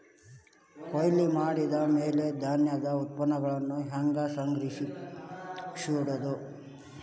ಕೊಯ್ಲು ಮಾಡಿದ ಮ್ಯಾಲೆ ಧಾನ್ಯದ ಉತ್ಪನ್ನಗಳನ್ನ ಹ್ಯಾಂಗ್ ಸಂಗ್ರಹಿಸಿಡೋದು?